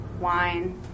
wine